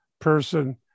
person